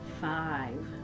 Five